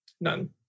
None